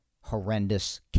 Horrendous